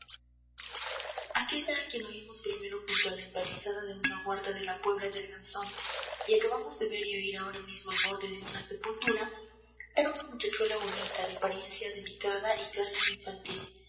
aquella a quien oímos primero junto a la empalizada de una huerta de la puebla de arganzón y acabamos de ver y oír ahora mismo al borde de una sepultura era una muchachuela bonita de apariencia delicada y casi infantil